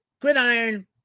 Gridiron